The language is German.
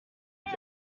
uns